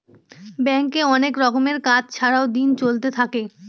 ব্যাঙ্কে অনেক রকমের কাজ ছাড়াও দিন চলতে থাকে